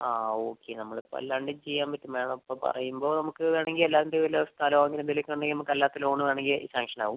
ആ ഓക്കെ നമ്മൾ ഇപ്പോൾ അല്ലാണ്ട് ചെയ്യാൻ പറ്റും മാഡം ഇപ്പോൾ പറയുമ്പോൾ നമുക്ക് വേണമെങ്കിൽ അല്ലാണ്ട് വല്ല സ്ഥലമോ അങ്ങനെ എന്തേലും ഒക്കെ ഉണ്ടെങ്കിൽ നമുക്ക് അല്ലാത്ത ലോൺ വേണമെങ്കിൽ സാംഗ്ഷൻ ആവും